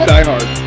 Diehard